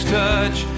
touch